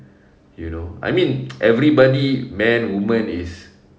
you know I mean everybody man woman is